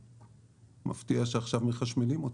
אז מפתיע שעכשיו מחשמלים אותה.